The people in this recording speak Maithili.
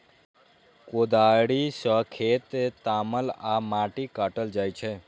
कोदाड़ि सं खेत तामल आ माटि काटल जाइ छै